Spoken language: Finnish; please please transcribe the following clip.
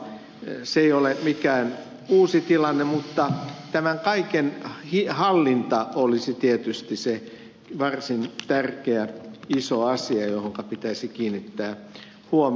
se ei ole mikään uusi tilanne mutta tämän kaiken hallinta olisi tietysti se varsin tärkeä iso asia johon pitäisi kiinnittää huomiota